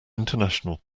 international